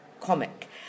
comic